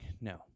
No